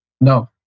No